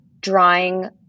drawing